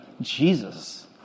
Jesus